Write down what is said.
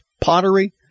pottery